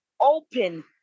open